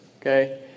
okay